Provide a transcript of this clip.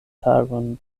tagon